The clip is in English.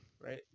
right